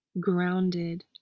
grounded